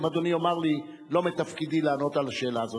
אם אדוני יאמר לי: לא מתפקידי לענות על השאלה הזאת,